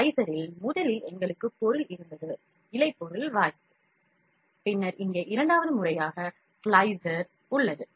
ஸ்லைசரில் முதலில் எங்களுக்கு பொருள் இருந்தது இழை பொருள் வாய்ப்பு பின்னர் இங்கே இரண்டாவது முறையாக slicer உள்ளது